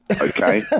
okay